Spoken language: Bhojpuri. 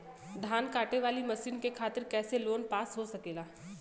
धान कांटेवाली मशीन के खातीर कैसे लोन पास हो सकेला?